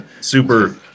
super